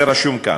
זה רשום כאן,